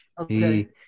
Okay